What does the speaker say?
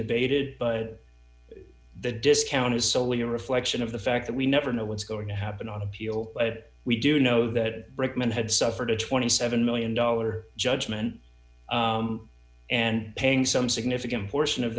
debated the discount is solely a reflection of the fact that we never know what's going to happen on appeal but we do know that brickman had suffered a twenty seven million dollars judgment and paying some significant portion of